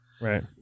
right